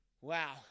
wow